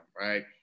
right